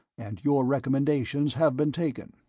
and your recommendations have been taken.